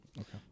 Okay